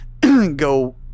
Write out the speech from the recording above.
go